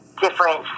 different